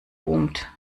boomt